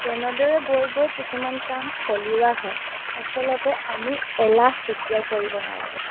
তেনেদৰে গৈ গৈ কিছুমান কাম ফলিওৱা হয় আচলতে আমি এলাহ কেতিয়াও কৰিব নালাগে